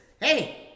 hey